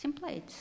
templates